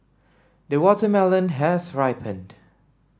the watermelon has ripened